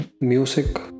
Music